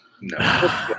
No